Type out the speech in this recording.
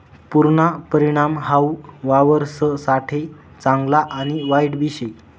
पुरना परिणाम हाऊ वावरससाठे चांगला आणि वाईटबी शे